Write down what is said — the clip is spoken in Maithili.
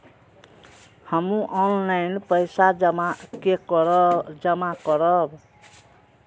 हमू ऑनलाईनपेसा के जमा करब?